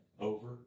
Over